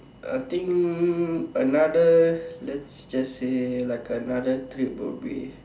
I think another let's just say like another trip will be